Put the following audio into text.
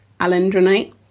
alendronate